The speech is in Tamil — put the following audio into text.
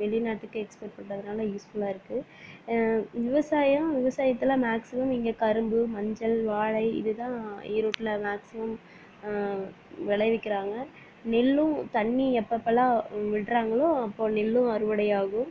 வெளிநாட்டுக்கு எக்ஸ்போர்ட் பண்ணுறதுனால யூஸ்ஃபுல்லாக இருக்கு விவசாயம் விவசாயத்தில் மேக்ஸிமம் இங்கே கரும்பு மஞ்சள் வாழை இதுதான் ஈரோட்டில் மேக்ஸிமம் விளைவிக்கிறாங்க நெல்லும் தண்ணீர் எப்பப்போலாம் விடுறாங்களோ அப்போது நெல்லும் அறுவடையாகும்